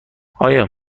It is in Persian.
آیا